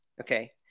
Okay